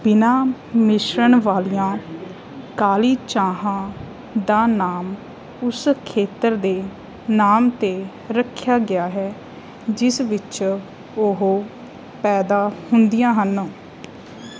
ਬਿਨਾ ਮਿਸ਼ਰਣ ਵਾਲੀਆਂ ਕਾਲੀ ਚਾਹਾਂ ਦਾ ਨਾਮ ਉਸ ਖੇਤਰ ਦੇ ਨਾਮ 'ਤੇ ਰੱਖਿਆ ਗਿਆ ਹੈ ਜਿਸ ਵਿੱਚ ਉਹ ਪੈਦਾ ਹੁੰਦੀਆਂ ਹਨ